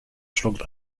schluckt